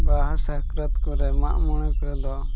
ᱵᱟᱦᱟ ᱥᱟᱠᱨᱟᱛ ᱠᱚᱨᱮ ᱢᱟᱜ ᱢᱚᱬᱮ ᱠᱚᱨᱮ ᱫᱚ